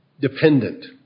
dependent